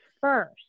first